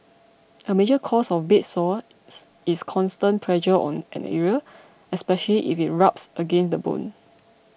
a major cause of bed sores is constant pressure on an area especially if it rubs against the bone